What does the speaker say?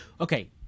okay